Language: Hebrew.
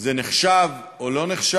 זה נחשב או לא נחשב,